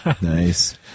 Nice